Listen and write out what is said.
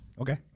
Okay